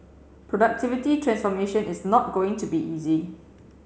productivity transformation is not going to be easy